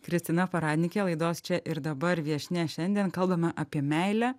kristina paradnikė laidos čia ir dabar viešnia šiandien kalbame apie meilę